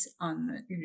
on